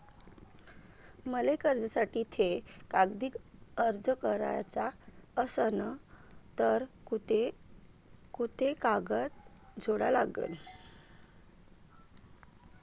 मले कर्जासाठी थे कागदी अर्ज कराचा असन तर कुंते कागद जोडा लागन?